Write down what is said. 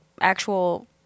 actual